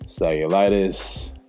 cellulitis